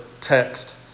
text